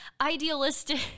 idealistic